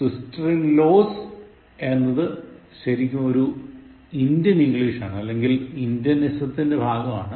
sister inlaws എന്നത് ശരിക്കും Indian ഇംഗ്ലീഷാണ് അല്ലെങ്ങിൽ ഇന്ത്യനിസത്തിൻറെ ഭാഗമാണ്